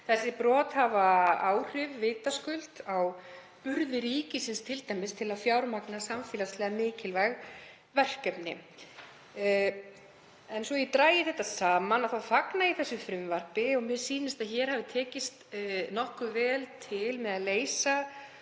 Þessi brot hafa vitaskuld áhrif á burði ríkisins til að fjármagna t.d. samfélagslega mikilvæg verkefni. En svo ég dragi þetta saman þá fagna ég þessu frumvarpi. Mér sýnist að hér hafi tekist nokkuð vel til við að leysa